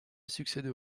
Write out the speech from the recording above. succéder